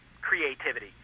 creativity